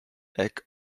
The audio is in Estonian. ehk